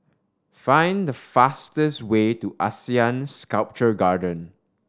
find the fastest way to ASEAN Sculpture Garden